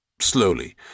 slowly